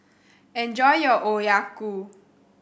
enjoy your Okayu